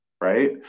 right